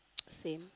same